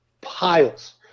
piles